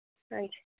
ਹਾਂਜੀ